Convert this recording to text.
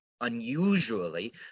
unusually